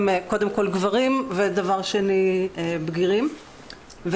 זה גורר שאלות על התפקוד של משרד החינוך